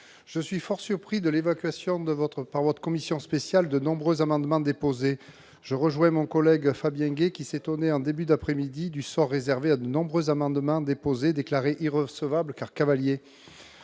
Je suis fort surpris de l'évacuation par la commission spéciale de nombreux amendements déposés. Je rejoins mon collègue Fabien Gay, qui s'étonnait en début d'après-midi du sort réservé à de nombreux amendements, déclarés irrecevables comme cavaliers.